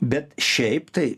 bet šiaip tai